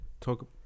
talk